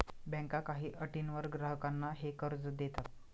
बँका काही अटींवर ग्राहकांना हे कर्ज देतात